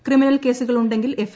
criminal കേസുകൾ ഉണ്ടെങ്കിൽ F